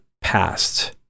past